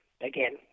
again